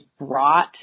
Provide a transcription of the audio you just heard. brought